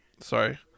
sorry